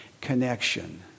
connection